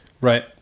Right